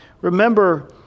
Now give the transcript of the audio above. remember